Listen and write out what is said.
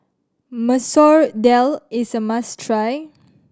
Masoor Dal is a must try